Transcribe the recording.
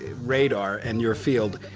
radar and your field,